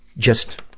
just,